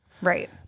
Right